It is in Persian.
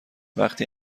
وقتی